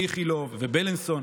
איכילוב ובילינסון,